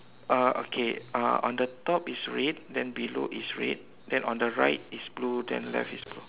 uh okay uh on the top is red then below is red then on the right is blue then left is blue